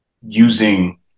using